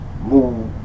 move